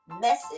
message